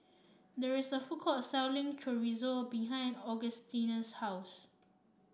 there is a food court selling Chorizo behind Augustina's house